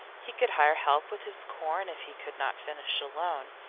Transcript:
he could hire help with his corn if he could not finish alone.